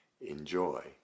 enjoy